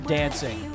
dancing